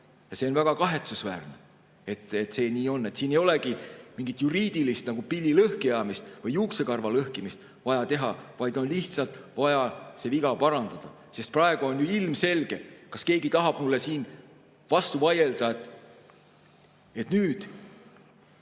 See on väga kahetsusväärne, et see nii on. Siin ei olegi mingit juriidilist pilli lõhkiajamist või juuksekarva lõhkiajamist vaja teha, vaid on lihtsalt vaja see viga parandada. Sest praegu on ju ilmselge – kas keegi tahab mulle siin vastu vaielda? –, et nüüd